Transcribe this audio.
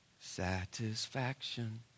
Satisfaction